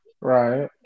Right